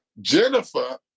Jennifer